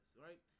right